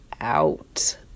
out